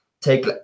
take